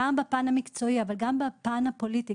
גם בפן המקצועי אבל גם בפן הפוליטי,